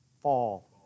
Fall